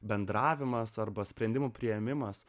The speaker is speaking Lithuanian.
bendravimas arba sprendimų priėmimas